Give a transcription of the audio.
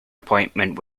appointment